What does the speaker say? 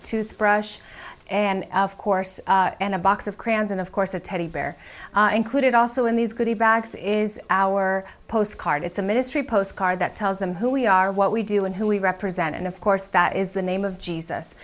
tooth brush and of course a box of crayons and of course a teddy bear included also in these goodie bags is our postcard it's a ministry postcard that tells them who we are what we do and who we represent and of course that is the name of jesus